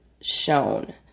shown